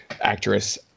actress